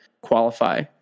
qualify